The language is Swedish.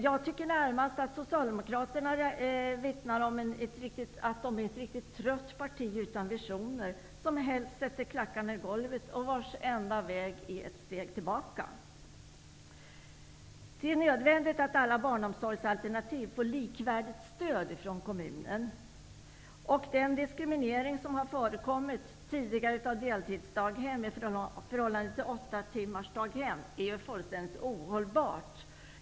Jag tycker att Socialdemokraternas agerande närmast vittnar om ett riktigt trött parti utan visioner. Helst sätter man klackarna i golvet. Den enda vägen tycks vara att ta ett steg tillbaka. Det är nödvändigt att alla barnomsorgsalternativ får likvärdigt kommunalt stöd. Den diskriminering av deltidsdaghemmen i förhållande till åttatimmarsdaghem som tidigare förekommit är fullständigt ohållbar.